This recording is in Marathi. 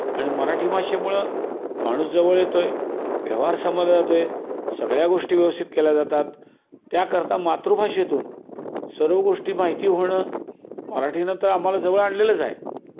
आणि मराठी भाषेमुळं माणूस जवळ येतो आहे व्यवहार समजला जातो आहे सगळ्या गोष्टी व्यवस्थित केल्या जातात त्याकरता मातृभाषेतून सर्व गोष्टी माहिती होणं मराठीनं तर आम्हाला जवळ आणलेलंच आहे